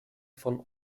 von